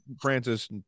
Francis